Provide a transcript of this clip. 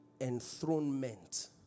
enthronement